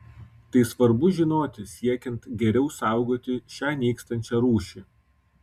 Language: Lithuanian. tai svarbu žinoti siekiant geriau saugoti šią nykstančią rūšį